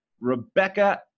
Rebecca